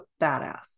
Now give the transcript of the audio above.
badass